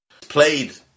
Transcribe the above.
played